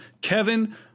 Kevin